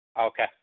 Okay